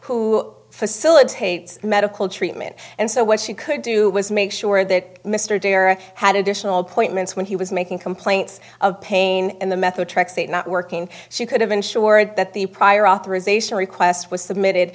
who facilitates medical treatment and so what she could do was make sure that mr derrick had additional point ments when he was making complaints of pain in the methotrexate not working she could have ensured that the prior authorization request was submitted